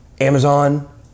Amazon